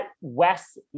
West